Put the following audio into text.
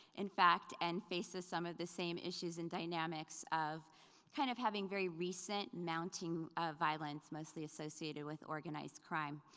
in fact, and faces some of the same issues and dynamics of kind of having very recent mounting violence, mostly associated with organized crime.